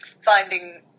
finding